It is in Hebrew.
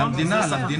למדינה.